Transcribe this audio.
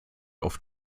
auf